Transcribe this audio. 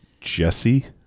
Jesse